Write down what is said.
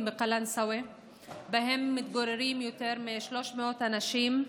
בקלנסווה שבהם מתגוררים יותר מ-300 אנשים,